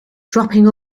dropping